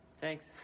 Thanks